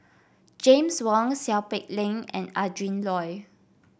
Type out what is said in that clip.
James Wong Seow Peck Leng and Adrin Loi